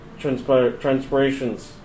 transpirations